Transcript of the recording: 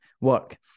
work